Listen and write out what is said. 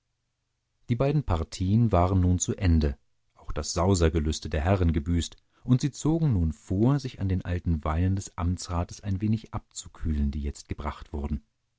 die beiden partien waren nun zu ende auch das sausergelüste der herren gebüßt und sie zogen nun vor sich an den alten weinen des amtsrats ein wenig abzukühlen die jetzt gebracht wurden